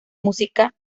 música